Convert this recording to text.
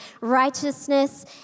righteousness